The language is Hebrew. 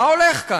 מה הולך כאן?